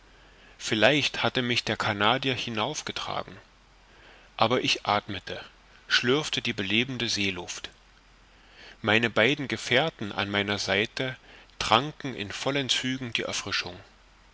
vielleicht hatte mich der canadier hinauf getragen aber ich athmete schlürfte die belebende seeluft meine beiden gefährten an meiner seite tranken in vollen zügen die erfrischung